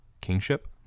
kingship